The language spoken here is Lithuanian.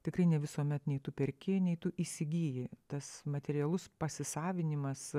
tikrai ne visuomet nei tu perki nei tu įsigyji tas materialus pasisavinimas